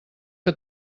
que